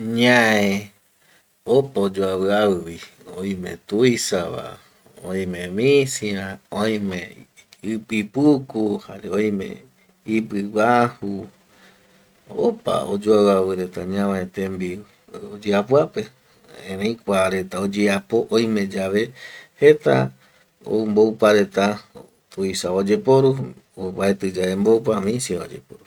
Ñae opa oyoaviavivi, oime tuisava, oime misiva, oime ipipuku jare oime ipiguaju, opa oyoaviavi reta ñavae tembiu oyeapoape, erei kua reta oyeapo oimeyave jeta ou mboupa reta, yuisava oyeporu, mbaetiyave mboupa misiva oyeporu